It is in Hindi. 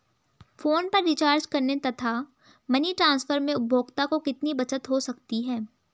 फोन पर रिचार्ज करने तथा मनी ट्रांसफर में उपभोक्ता को कितनी बचत हो सकती है?